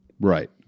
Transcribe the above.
Right